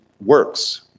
works